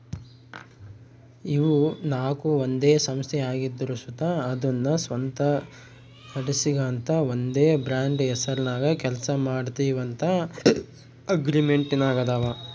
ಇವು ನಾಕು ಒಂದೇ ಸಂಸ್ಥೆ ಆಗಿದ್ರು ಸುತ ಅದುನ್ನ ಸ್ವಂತ ನಡಿಸ್ಗಾಂತ ಒಂದೇ ಬ್ರಾಂಡ್ ಹೆಸರ್ನಾಗ ಕೆಲ್ಸ ಮಾಡ್ತೀವಂತ ಅಗ್ರಿಮೆಂಟಿನಾಗಾದವ